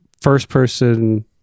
first-person